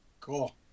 cool